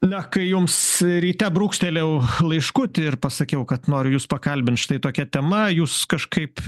na kai jums ryte brūkštelėjau laiškutį ir pasakiau kad noriu jus pakalbint štai tokia tema jūs kažkaip